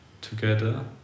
together